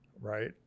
right